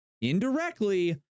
indirectly